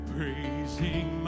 Praising